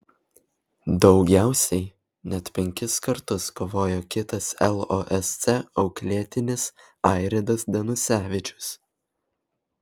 daugiausiai net penkis kartus kovojo kitas losc auklėtinis airidas danusevičius